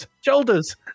shoulders